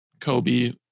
Kobe